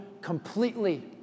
completely